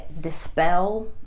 dispel